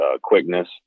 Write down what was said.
quickness